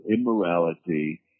immorality